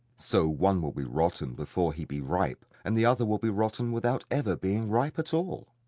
so one will be rotten before he be ripe, and the other will be rotten without ever being ripe at all.